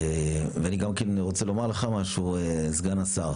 ואני גם כן רוצה לומר לך משהו, סגן השר.